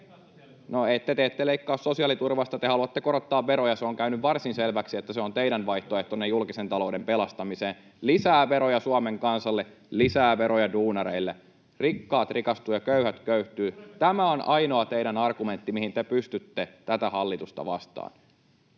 No, te ette leikkaa sosiaaliturvasta, te haluatte korottaa veroja. Se on käynyt varsin selväksi, että se on teidän vaihtoehtonne julkisen talouden pelastamiseen: lisää veroja Suomen kansalle, lisää veroja duunareille. ”Rikkaat rikastuvat, ja köyhät köyhtyvät.” Tämä on teidän ainoa argumenttinne, mihin te pystytte tätä hallitusta vastaan.